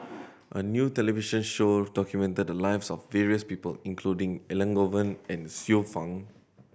a new television show documented the lives of various people including Elangovan and Xiu Fang